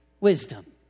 wisdom